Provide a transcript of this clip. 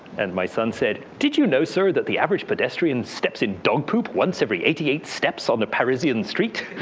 and my son said, did you know, sir, that the average pedestrian steps in dog poop once every eighty eight steps on the parisian street?